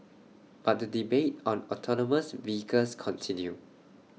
but the debate on autonomous vehicles continue